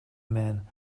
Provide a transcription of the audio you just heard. man